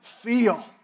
feel